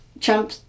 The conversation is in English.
Trump